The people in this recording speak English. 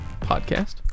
podcast